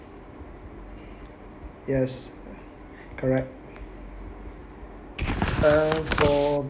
yes correct uh for